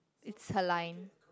it's her line